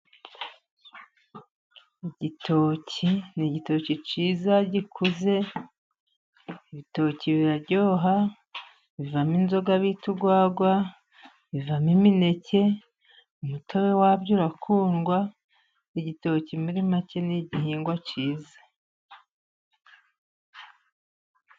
Igitoki, ni igitoki cyiza gikuze ibitoki biraryoha bivamo inzoga bita urwagwa, bivamo imineke, umutobe wabyo urakundwa, igitoki muri make ni igihingwa cyiza.